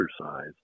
exercise